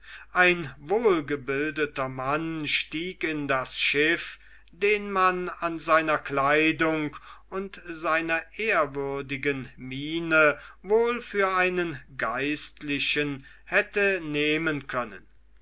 ein wohlgebildeter mann stieg in das schiff den man an seiner kleidung und seiner ehrwürdigen miene wohl für einen geistlichen hätte nehmen können